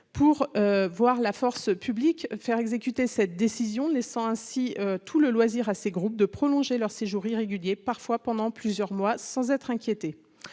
pour voir la force publique, faire exécuter cette décision, laissant ainsi tout le loisir à ces groupes de prolonger leur séjour irrégulier, parfois pendant plusieurs mois sans être inquiété